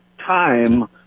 time